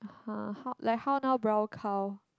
!huh! like how now brown cow